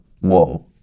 whoa